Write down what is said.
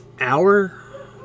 hour